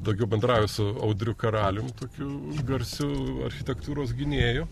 daugiau bendrauju su audriu karalium tokiu garsiu architektūros gynėju